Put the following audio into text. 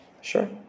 Sure